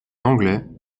anglais